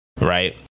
right